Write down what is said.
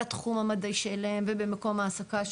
בתחום המדעי שלהם ובמקום ההעסקה שלהם,